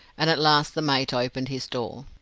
and at last the mate opened his door.